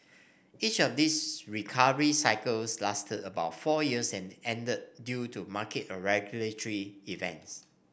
each of these recovery cycles lasted about four years and ended due to market or regulatory events